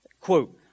Quote